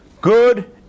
good